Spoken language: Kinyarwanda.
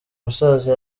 musaza